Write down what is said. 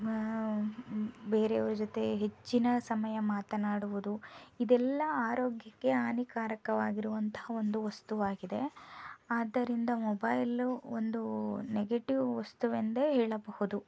ಬೇರೆಯವರ ಜೊತೆ ಹೆಚ್ಚಿನ ಸಮಯ ಮಾತನಾಡುವುದು ಇದೆಲ್ಲ ಆರೋಗ್ಯಕ್ಕೆ ಹಾನಿಕಾರಕವಾಗಿರುವಂತಹ ಒಂದು ವಸ್ತುವಾಗಿದೆ ಆದ್ದರಿಂದ ಮೊಬೈಲು ಒಂದು ನೆಗೆಟಿವ್ ವಸ್ತು ಎಂದೇ ಹೇಳಬಹುದು